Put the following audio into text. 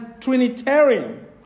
Trinitarian